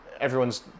everyone's